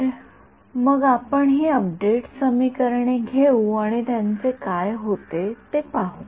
तर मग आपण ही अपडेट समीकरणे घेऊ आणि त्यांचे काय होते ते पाहू